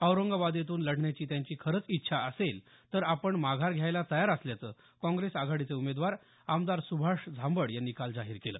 औरंगाबादेतून लढण्याची त्यांची खरंच इच्छा असेल तर आपण माघार घ्यायला तयार असल्याचं काँग्रेस आघाडीचे उमेदवार आमदार सुभाष झांबड यांनी काल जाहीर केलं